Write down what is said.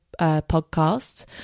podcast